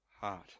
heart